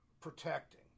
protecting